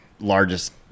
largest